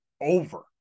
over